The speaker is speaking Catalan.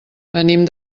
venim